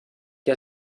que